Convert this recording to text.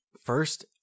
first